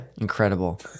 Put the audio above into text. Incredible